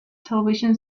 television